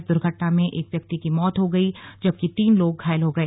इस दुर्घटना में एक व्यक्ति की मौत हो गई जबकि तीन लोग घायल हो गए